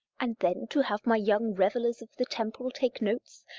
and then to have my young revellers of the temple take notes,